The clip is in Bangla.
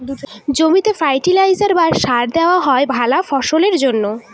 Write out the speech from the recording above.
জমিতে ফার্টিলাইজার বা সার দেওয়া হয় ভালা ফসলের জন্যে